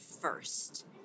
first